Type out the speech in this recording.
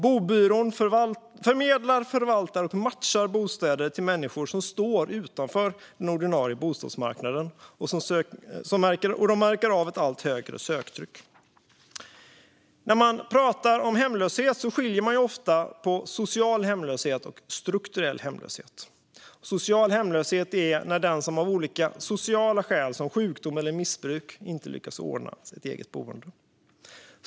Bobyrån förmedlar, förvaltar och matchar bostäder till människor som står utanför den ordinarie bostadsmarknaden, och man märker av ett allt högre söktryck. När man pratar om hemlöshet skiljer man ofta på social hemlöshet och strukturell hemlöshet. Social hemlöshet är det när den som av olika sociala skäl, som sjukdom eller missbruk, inte lyckas ordna ett eget boende.